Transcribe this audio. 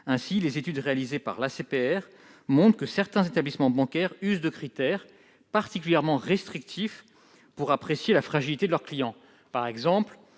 Ainsi, les études réalisées par l'ACPR montrent que certains établissements bancaires usent de critères particulièrement restrictifs pour apprécier la fragilité de leurs clients. Ce sont par exemple